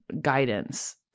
guidance